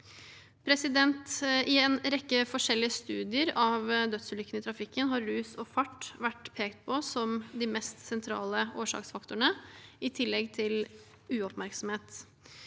I en rekke forskjellige studier av dødsulykkene i trafikken har rus og fart vært pekt på som de mest sentrale årsaksfaktorene, i tillegg til uoppmerksomhet.